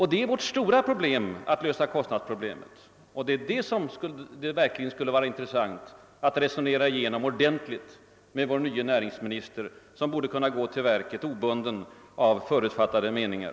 Härför bär regeringens politik skulden. Kostnadsläget är vårt lands stora problem för närvarande, och det skulle vara intressant att ordentligt få resonera igenom det med vår nye näringslivsminister, som borde kunna gå till verket obunden av förutfattade meningar.